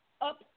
up